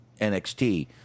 NXT